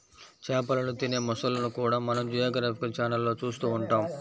చేపలను తినే మొసళ్ళను కూడా మనం జియోగ్రాఫికల్ ఛానళ్లలో చూస్తూ ఉంటాం